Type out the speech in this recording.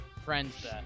friends